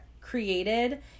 created